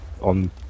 on